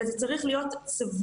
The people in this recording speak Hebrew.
אלא זה צריך להיות צבוע,